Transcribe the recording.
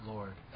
Lord